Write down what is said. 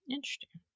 Interesting